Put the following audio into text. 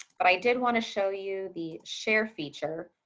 but i did want to show you the share feature,